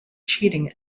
cheating